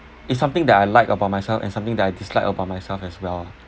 it's something that I like about myself and something that I dislike about myself as well lah